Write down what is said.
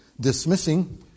dismissing